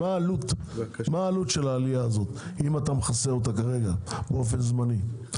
מה העלות של העלייה הזאת אם אתה מכסה אותה כרגע באופן זמני,